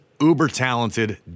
uber-talented